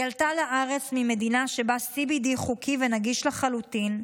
היא עלתה לארץ ממדינה שבה CBD חוקי ונגיש לחלוטין,